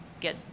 get